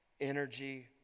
energy